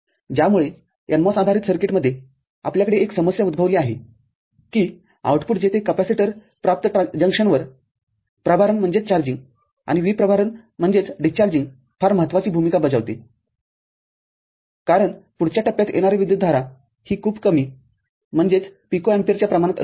ज्यामुळे NMOS आधारित सर्किटमध्ये आपल्याकडे एक समस्या उद्भवली आहे की आउटपुटजेथे कॅपेसिटर प्राप्त जंक्शनवर प्रभारण आणि विप्रभारान फार महत्वाची भूमिका बजावते कारण पुढच्या टप्प्यात येणारी विद्युतधारा ही खूप कमी म्हणजे पिको अँपिअरच्या प्रमाणात असते